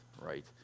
right